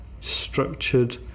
structured